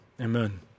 amen